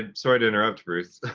ah sorry to interrupt, bruce.